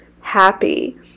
happy